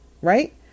right